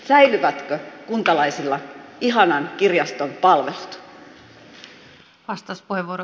säilyvätkö kuntalaisilla ihanan kirjaston palvelut